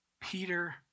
Peter